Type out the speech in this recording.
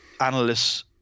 analyst's